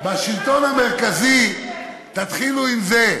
בשלטון המרכזי, תתחילו עם זה.